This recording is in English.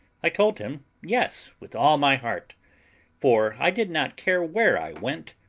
i told him, yes, with all my heart for i did not care where i went,